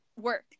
work